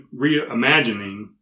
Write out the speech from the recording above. reimagining